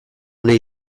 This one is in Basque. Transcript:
nahi